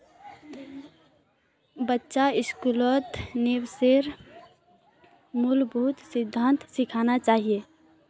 बच्चा स्कूलत निवेशेर मूलभूत सिद्धांत सिखाना चाहिए